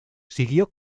siguió